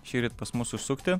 šįryt pas mus užsukti